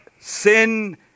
sin